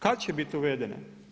Kad će bit uvedene?